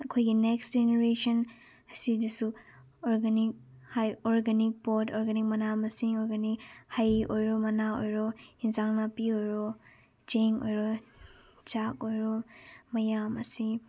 ꯑꯩꯈꯣꯏꯒꯤ next generation ꯑꯁꯤꯗꯁꯨ organic organic ꯄꯣꯠ ꯑꯣꯔꯒꯥꯅꯤꯛ ꯃꯅꯥ ꯃꯁꯤꯡ ꯑꯣꯔꯒꯥꯅꯤꯛ ꯍꯩ ꯑꯣꯏꯔꯣ ꯃꯅꯥ ꯑꯣꯏꯔꯣ ꯏꯟꯁꯥꯡ ꯅꯥꯄꯤ ꯑꯣꯏꯔꯣ ꯆꯦꯡ ꯑꯣꯏꯔꯣ ꯆꯥꯛ ꯑꯣꯏꯔꯣ ꯃꯌꯥꯝ ꯑꯁꯤ